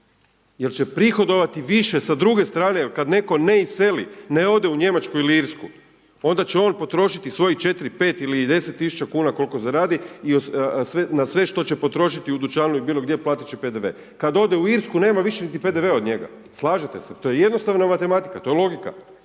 jer će prihodovati više sa druge strane, kad netko ne iseli, ne ode u Njemačku ili Irsku, onda će on potrošiti svojih 4, 5 ili 10 tisuća kuna koliko zaradi na sve što će potrošiti u dućanu ili bilo gdje platit će PDV. Kad ode u Irsku, nema više niti PDV-a od njega. Slažete se, to je jednostavna matematika, to je logika.